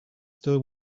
still